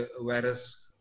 virus